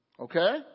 Okay